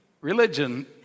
religion